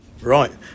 Right